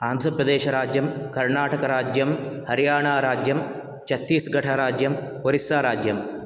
आन्ध्रप्रदेशराज्यम् कर्णाटकराज्यम् हरियाणाराज्यम् छत्तीस्गढराज्यम् ओरिस्साराज्यम्